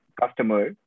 customer